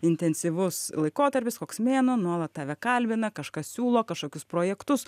intensyvus laikotarpis koks mėnuo nuolat tave kalbina kažką siūlo kažkokius projektus